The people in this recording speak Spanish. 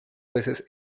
veces